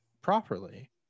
properly